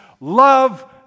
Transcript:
love